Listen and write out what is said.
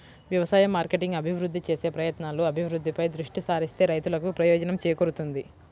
వ్యవసాయ మార్కెటింగ్ అభివృద్ధి చేసే ప్రయత్నాలు, అభివృద్ధిపై దృష్టి సారిస్తే రైతులకు ప్రయోజనం చేకూరుతుంది